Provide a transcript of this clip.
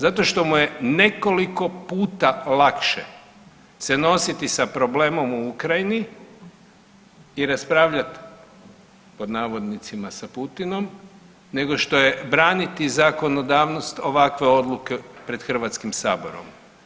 Zato što mu je nekoliko puta lakše se nositi sa problemom u Ukrajini i raspravljati pod navodnicima sa Putinom nego što je braniti zakonodavnost ovakve odluke pred Hrvatskim saborom.